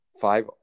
Five